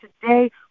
today